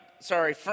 sorry